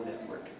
Network